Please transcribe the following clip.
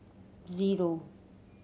zero